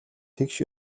тэгш